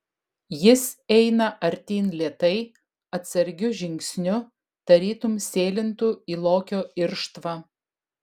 jis eina artyn lėtai atsargiu žingsniu tarytum sėlintų į lokio irštvą